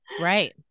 Right